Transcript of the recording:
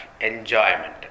Enjoyment